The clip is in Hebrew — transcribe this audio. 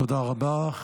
תודה רבה.